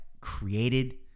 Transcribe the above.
created